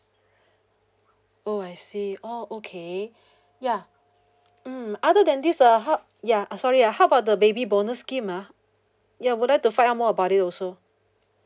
oh I see oh okay ya hmm other than this uh how ya uh sorry ah how about the baby bonus scheme ah ya would like to find out more about it also